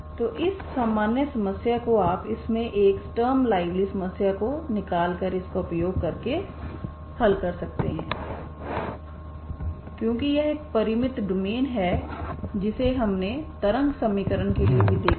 तो इस सामान्य समस्या को आप इसमें से एक स्टर्म लिउविल समस्या को निकाल कर इसका उपयोग करके हल कर सकते हैं क्योंकि यह एक परिमित डोमेन है जिसे हमने तरंग समीकरण के लिए भी देखा है